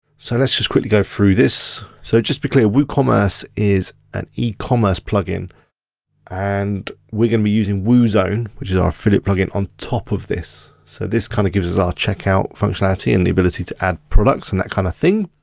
so let's just quickly go through this. so just to be clear, woocommerce is an e-commerce plugin and we're gonna be using woozone, which is our affiliate plugin on top of this. so this kind of gives us our checkout functionality and the ability to add products and that kind of thing.